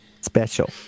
Special